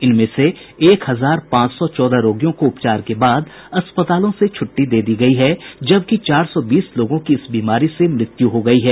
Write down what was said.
इनमें से एक हजार पांच सौ चौदह रोगियों को उपचार के बाद अस्पतालों से छुट्टी दे दी गई है जबकि चार सौ बीस लोगों की इस बीमारी से मृत्यू हो गई है